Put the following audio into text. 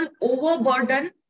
overburden